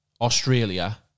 Australia